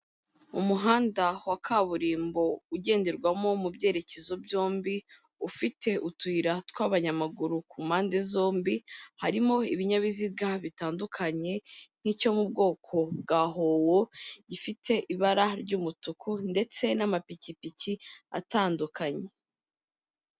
Umuhanda wa kaburimbo ugenderwamo mu byerekezo byombi, ufite utuyira tw'abanyamaguru ku mpande zombi, harimo ibinyabiziga bitandukanye nk'icyo mu bwoko bwa howo gifite ibara ry'umutuku ndetse n'amapikipiki atandukanye.